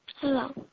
Hello